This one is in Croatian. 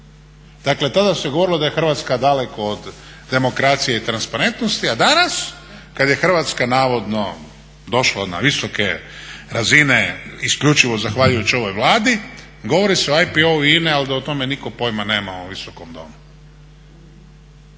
Dakle, tada se govorilo da je Hrvatska daleko od demokracije i transparentnosti, a danas kad je Hrvatska navodno došla na visoke razine isključivo zahvaljujući ovoj Vladi govori se o IPO-u INA-e ali da o tome nitko pojma nema u ovom Visokom domu.